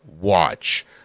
watch